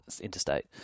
interstate